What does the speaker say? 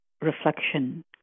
reflection